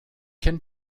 can